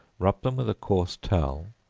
rub them with a course towel,